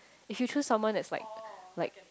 if you choose someone that's like like